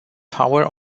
power